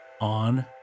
on